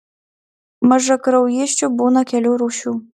mažakraujysčių būna kelių rūšių